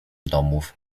domów